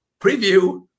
preview